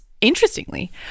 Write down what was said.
Interestingly